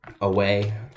away